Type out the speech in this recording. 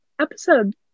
episode